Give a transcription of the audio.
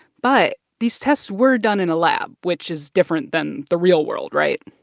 but these tests were done in a lab, which is different than the real world. right?